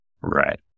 Right